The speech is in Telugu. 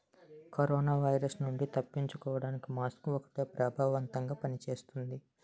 కరోనా వైరస్ నుండి తప్పించుకోడానికి మాస్కు ఒక్కటే ప్రభావవంతంగా పని చేస్తుంది